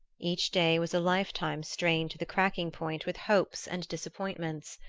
each day was a life-time strained to the cracking-point with hopes and disappointments.